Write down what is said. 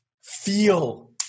feel